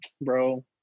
bro